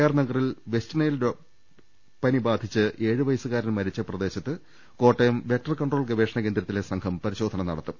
R നഗറിൽ West Nile പനിബാധിച്ച് ഏഴു വയ സുകാരൻ മരിച്ച പ്രദേശത്ത് കോട്ടയം വെക്ടർ കൺട്രോൾ ഗവേ ഷണ കേന്ദ്രത്തിലെ സംഘം പരിശോധന നടത്തും